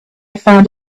found